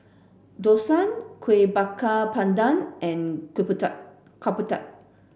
Dosa Kueh Bakar Pandan and Ketupat